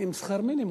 עם שכר מינימום,